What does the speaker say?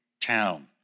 town